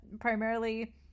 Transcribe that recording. primarily